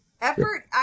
Effort